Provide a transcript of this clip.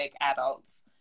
adults